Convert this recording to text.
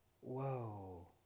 Whoa